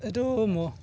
এইটো ম